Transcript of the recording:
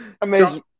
Amazing